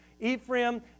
Ephraim